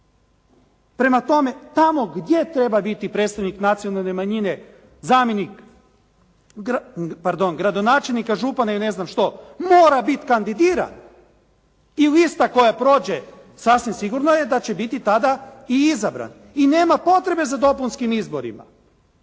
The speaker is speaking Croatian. Prema tome, tamo gdje treba biti predstavnik nacionalne manjine, zamjenik, pardon gradonačelnika, župana i ne znam što mora biti kandidiran i lista koja prođe sasvim sigurno je da će biti tada i izabran i nema potrebe za dopunskim izborima,